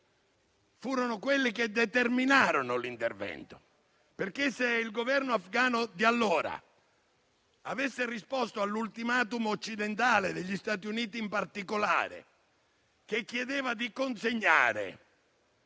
furono coloro che determinarono l'intervento. Infatti, se il Governo afghano di allora avesse risposto all'*ultimatum* occidentale, degli Stati Uniti in particolare, che chiedeva di consegnare